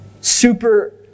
super